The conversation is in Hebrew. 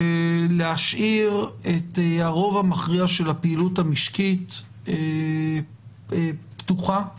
להשאיר את הרוב המכריע של הפעילות המשקית פתוחה ופעילה.